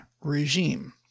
regime